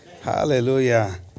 Hallelujah